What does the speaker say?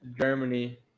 Germany